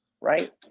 right